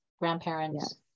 grandparents